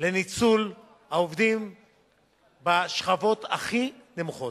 לניצול העובדים בשכבות הכי נמוכות.